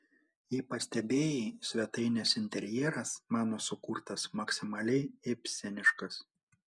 jei pastebėjai svetainės interjeras mano sukurtas maksimaliai ibseniškas